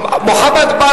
המשרד לענייני מודיעין,